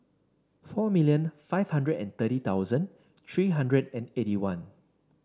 four million five hundred and thirty thousand three hundred and eighty one